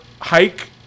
hike